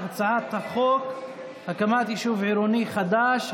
הצעת החוק הקמת יישוב עירוני חדש,